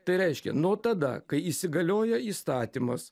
tai reiškia nuo tada kai įsigalioja įstatymas